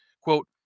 Quote